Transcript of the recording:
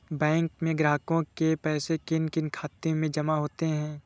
बैंकों में ग्राहकों के पैसे किन किन खातों में जमा होते हैं?